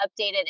updated